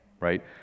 right